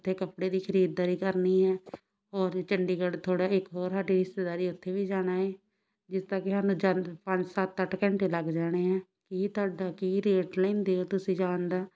ਅਤੇ ਕੱਪੜੇ ਦੀ ਖਰੀਦਦਾਰੀ ਕਰਨੀ ਹੈ ਔਰ ਚੰਡੀਗੜ੍ਹ ਥੋੜ੍ਹਾ ਇੱਕ ਹੋਰ ਸਾਡੀ ਰਿਸ਼ਤੇਦਾਰੀ ਉੱਥੇ ਵੀ ਜਾਣਾ ਹੈ ਜਿਸ ਦਾ ਕਿ ਸਾਨੂੰ ਜੰਦ ਪੰਜ ਸੱਤ ਅੱਠ ਘੰਟੇ ਲੱਗ ਜਾਣੇ ਆ ਕੀ ਤੁਹਾਡਾ ਕੀ ਰੇਟ ਲੈਂਦੇ ਹੋ ਤੁਸੀਂ ਜਾਣ ਦਾ